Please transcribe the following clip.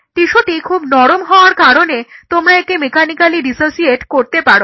টিস্যুটি খুব নরম হওয়ার কারণে তোমরা একে মেকানিক্যালি ডিসোসিয়েট করতে পারো